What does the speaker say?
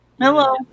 hello